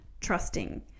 trusting